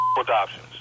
adoptions